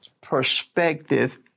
perspective